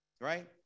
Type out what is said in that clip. Right